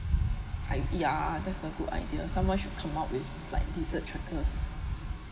I ya that's a good idea someone should come out with like lizard trapper